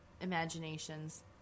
imaginations